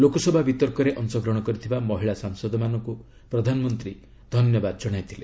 ଲୋକସଭା ବିତର୍କରେ ଅଂଶଗ୍ହଣ କରିଥିବା ମହିଳା ସାଂସଦମାନଙ୍କୁ ପ୍ରଧାନମନ୍ତ୍ରୀ ଧନ୍ୟବାଦ ଜଣାଇଥିଲେ